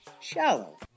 Shallow